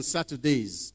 Saturdays